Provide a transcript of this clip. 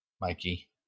Mikey